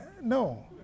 no